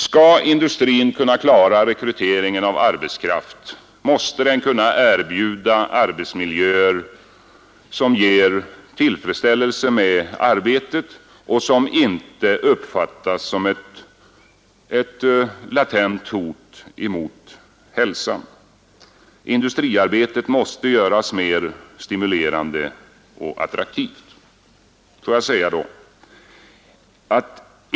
Om industrin skall kunna klara rekryteringen av arbetskraft måste den kunna erbjuda arbetsmiljöer som ger tillfredsställelse med arbetet och som inte uppfattas som ett latent hot mot hälsan. Industriarbetet måste göras mer stimulerande och attraktivt.